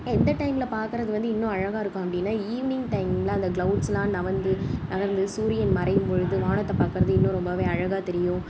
எந்த டயமில் பாக்கிறது வந்து இன்னும் அழகாக இருக்கும் அப்படின்னா ஈவினிங் டைமில் அந்த கிளவுட்ஸ்லாம் நகந்து நகர்ந்து சூரியன் மறையும்பொழுது வானத்தை பாக்கிறது இன்னும் ரொம்ப அழகாக தெரியும்